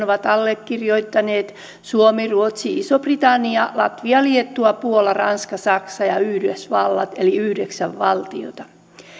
ovat allekirjoittaneet suomi ruotsi iso britannia latvia liettua puola ranska saksa ja yhdysvallat eli yhdeksän valtiota